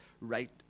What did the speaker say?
right